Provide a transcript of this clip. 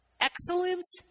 excellence